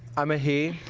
i'm a he.